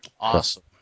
Awesome